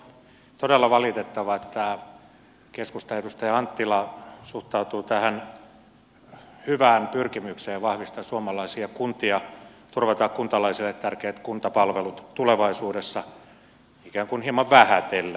on kyllä todella valitettavaa että keskustan edustaja anttila suhtautuu tähän hyvään pyrkimykseen vahvistaa suomalaisia kuntia turvata kuntalaisille tärkeät kuntapalvelut tulevaisuudessa ikään kuin hieman vähätellen